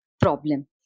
problem